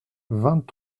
vingt